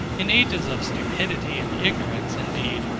in ages of stupidity and ignorance, indeed,